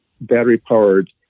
battery-powered